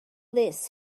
this